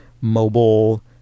mobile